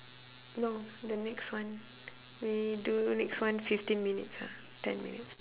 no the next one we do next one fifteen minutes ah ten minutes